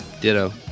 Ditto